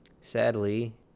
sadly